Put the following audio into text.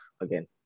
again